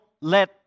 let